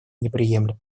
неприемлемо